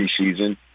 preseason